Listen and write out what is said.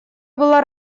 была